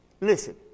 Listen